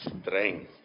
strength